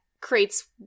creates